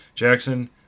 Jackson